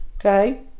Okay